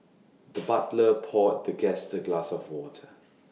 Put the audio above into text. the butler poured the guest A glass of water